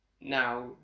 now